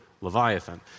Leviathan